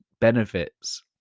benefits